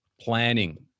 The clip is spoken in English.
planning